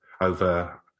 over